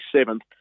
seventh